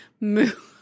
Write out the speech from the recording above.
move